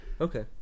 Okay